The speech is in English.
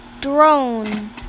Drone